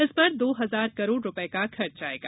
इस पर दो हजार करोड़ रुपए का खर्च आएगा